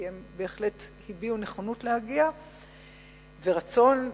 כי הם בהחלט הביעו נכונות ורצון להגיע.